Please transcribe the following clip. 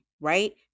right